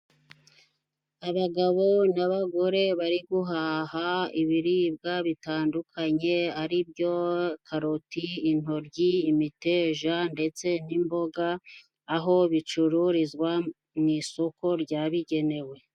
Abagabo n'abagore bari guhaha ibiribwa bitandukanye ari byo:karoti, intoryi, imiteja ndetse n'imboga, aho bicururizwa mu isoko ryabigenewe.